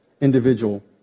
individual